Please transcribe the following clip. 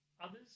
others